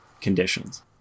conditions